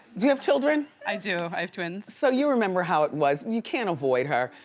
do you have children? i do, i have twins. so, you remember how it was. you can't avoid her.